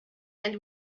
and